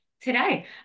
today